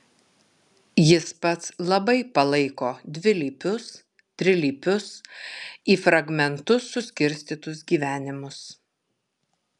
jis pats labai palaiko dvilypius trilypius į fragmentus suskirstytus gyvenimus